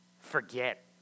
Forget